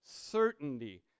certainty